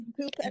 poop